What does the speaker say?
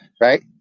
right